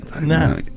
no